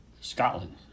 Scotland